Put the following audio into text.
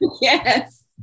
yes